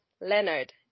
leonard